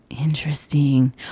Interesting